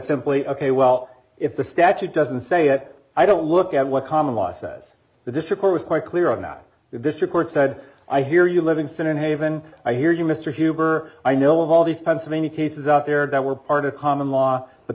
simply ok well if the statute doesn't say it i don't look at what common law says the district was quite clear on that the district court said i hear you livingston and haven i hear you mr huber i know of all these pennsylvania cases out there that were part of common law but